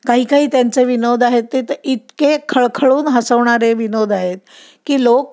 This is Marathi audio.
काही काही त्यांचे विनोद आहेत ते तर इतके खळखळून हसवणारे विनोद आहेत की लोक